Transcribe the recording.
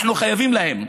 אנחנו חייבים להם,